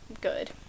good